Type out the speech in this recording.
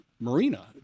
marina